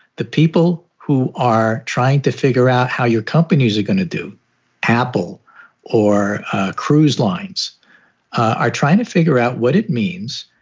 the people who are trying to figure out how your companies are going to do apple or cruise lines are trying to figure out what it means.